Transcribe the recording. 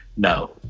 No